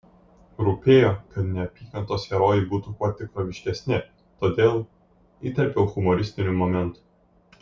rūpėjo kad neapykantos herojai būtų kuo tikroviškesni todėl įterpiau humoristinių momentų